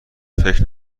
فکر